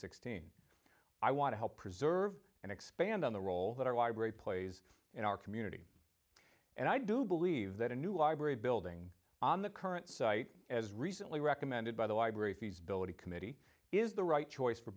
sixteen i want to help preserve and expand on the role that our library plays in our community and i do believe that a new ibrary building on the current site as recently recommended by the library feasibility committee is the right choice for